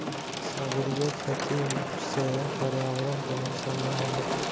सागरीय खेती से पर्यावरण के नुकसान ना होला